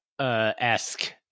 esque